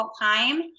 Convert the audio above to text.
time